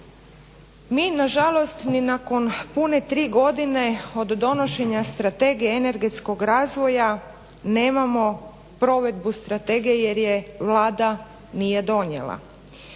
Mi nažalost ni nakon pune 3 godine od donošenja Strategije energetskog razvoja nemamo provedbu strategije jer je Vlada nije donijela,